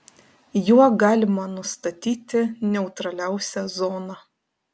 juo galima nustatyti neutraliausią zoną